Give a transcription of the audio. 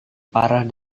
parah